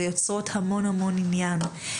ויוצרות בהם המון עניין.